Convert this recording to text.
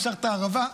נשארת ערבה,